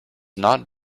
not